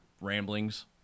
ramblings